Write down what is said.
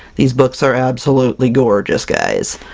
these books are absolutely gorgeous guys!